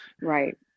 right